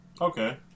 Okay